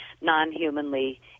non-humanly